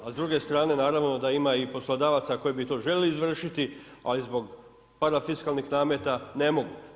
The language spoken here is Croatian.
A s druge strane naravno da ima i poslodavaca koji bi to željeli izvršiti ali zbog parafiskalnih nameta ne mogu.